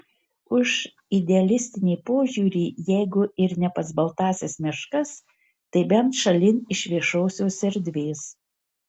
už idealistinį požiūrį jeigu ir ne pas baltąsias meškas tai bent šalin iš viešosios erdvės